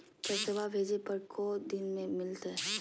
पैसवा भेजे पर को दिन मे मिलतय?